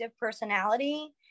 personality